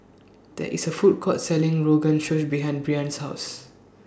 There IS A Food Court Selling Rogan Josh behind Breanne's House